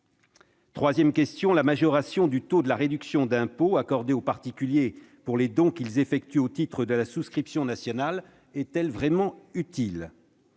Troisièmement, la majoration du taux de la réduction d'impôt accordée aux particuliers pour les dons qu'ils effectuent au titre de la souscription nationale est-elle vraiment utile ?